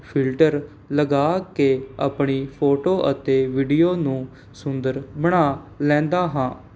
filter ਲਗਾ ਕੇ ਆਪਣੀ ਫੋਟੋ ਅਤੇ ਵੀਡੀਓ ਨੂੰ ਸੁੰਦਰ ਬਣਾ ਲੈਂਦਾ ਹਾਂ